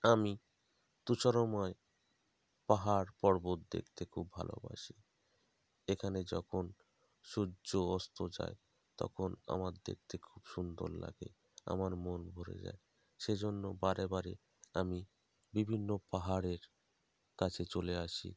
আমি তুষারময় পাহাড় পর্বত দেখতে খুব ভালোবাসি এখানে যখন সূর্য অস্ত যায় তখন আমার দেখতে খুব সুন্দর লাগে আমার মন ভরে যায় সেজন্য বারে বারে আমি বিভিন্ন পাহাড়ের কাছে চলে আসি